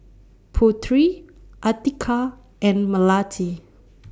Putri Atiqah and Melati